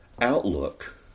outlook